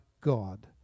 God